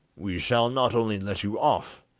we shall not only let you off,